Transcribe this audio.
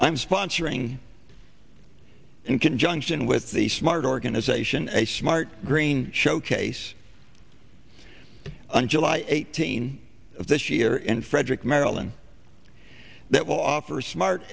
i'm sponsoring in conjunction with the smart organization a smart green showcase on july eighteenth of this year in frederick maryland that will offer smart